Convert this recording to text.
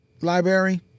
library